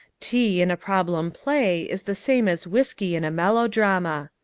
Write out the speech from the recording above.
tea in a problem play is the same as whisky in a melodrama.